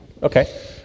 Okay